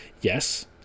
yes